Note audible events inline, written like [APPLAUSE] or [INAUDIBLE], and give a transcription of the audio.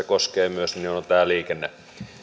[UNINTELLIGIBLE] koskee myös on liikenne